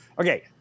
Okay